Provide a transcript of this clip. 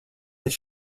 that